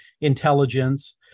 intelligence